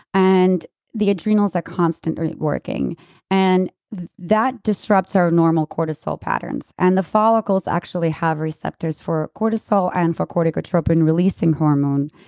and the adrenals are constantly working and that disrupts our normal cortisol patterns and the follicles actually have receptors for cortisol and for corticotropin releasing hormone.